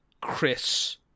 Chris